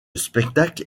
spectacle